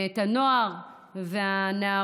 את הנוער והנערות,